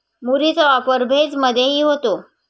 मुरीचा वापर भेज मधेही होतो